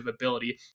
ability